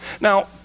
Now